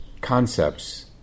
concepts